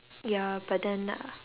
ya but then